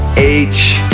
h,